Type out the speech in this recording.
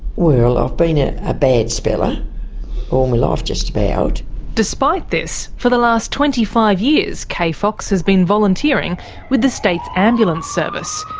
well, i've been ah a bad speller all my life just about. despite this, for the last twenty five years kaye fox has been volunteering with the state's ambulance service,